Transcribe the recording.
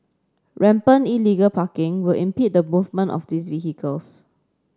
rampant illegal parking will impede the movement of these vehicles